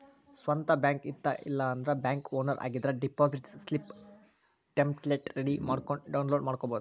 ಸ್ವಂತ್ ಬ್ಯಾಂಕ್ ಇತ್ತ ಇಲ್ಲಾಂದ್ರ ಬ್ಯಾಂಕ್ ಓನರ್ ಆಗಿದ್ರ ಡೆಪಾಸಿಟ್ ಸ್ಲಿಪ್ ಟೆಂಪ್ಲೆಟ್ ರೆಡಿ ಮಾಡ್ಕೊಂಡ್ ಡೌನ್ಲೋಡ್ ಮಾಡ್ಕೊಬೋದು